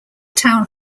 town